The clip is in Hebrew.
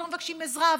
ולא מבקשים עזרה,